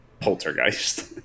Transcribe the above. Poltergeist